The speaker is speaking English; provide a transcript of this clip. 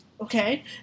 okay